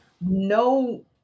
no